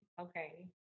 okay